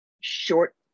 short